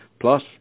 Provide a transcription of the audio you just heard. Plus